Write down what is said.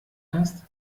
hast